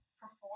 perform